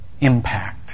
impact